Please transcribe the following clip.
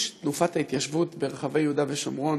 תנופת ההתיישבות ברחבי יהודה ושומרון,